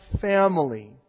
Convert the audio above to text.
family